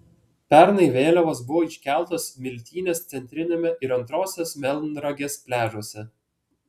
pernai vėliavos buvo iškeltos smiltynės centriniame ir antrosios melnragės pliažuose